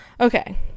okay